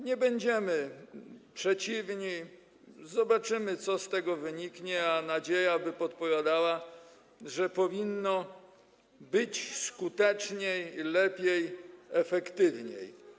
Nie będziemy przeciwni, zobaczymy, co z tego wyniknie, a nadzieja by podpowiadała, że powinno być skuteczniej, lepiej, efektywniej.